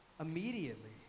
immediately